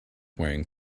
wearing